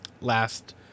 last